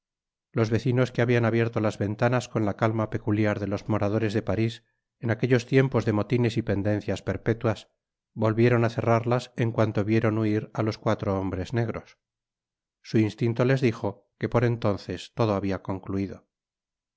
los vecinos que habian abierto las ventanas con la calma peculiar de los moradores de parís en aquellos tiempos de motines y pendencias perpetuas volvieron á cerrarlas en cuanto vieron huir á los cuatro hombres negros su instinto les dijo que por entonces todo habia concluido